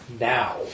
now